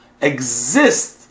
exist